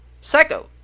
Psycho